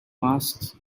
masks